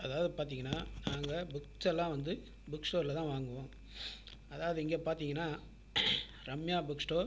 அதாவது பார்த்தீங்கன்னா நாங்கள் புக்ஸெல்லாம் வந்து புக் ஸ்டோரில் தான் வாங்குவோம் அதாவது இங்கே பார்த்தீங்கன்னா ரம்யா புக் ஸ்டோர்